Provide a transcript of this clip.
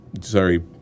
sorry